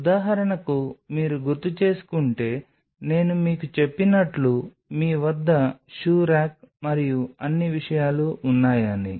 ఉదాహరణకు మీరు గుర్తుచేసుకుంటే నేను మీకు చెప్పినట్లు మీ వద్ద షూ రాక్ మరియు అన్ని విషయాలు ఉన్నాయని